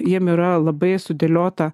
jiem yra labai sudėliota